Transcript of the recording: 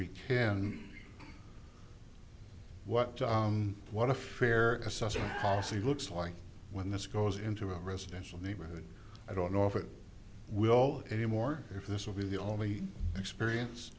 we can what what a fair assessment policy looks like when this goes into a residential neighborhood i don't know if it will anymore if this will be the only experience